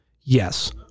Yes